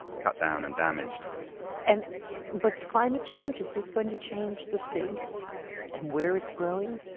cut down and damaged and with climate change, is this going to change the fig and where it's growing?